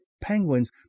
penguins